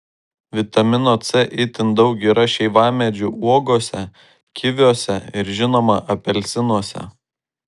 vitamino c itin daug yra šeivamedžių uogose kiviuose ir žinoma apelsinuose